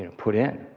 you know put in.